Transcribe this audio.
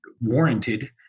warranted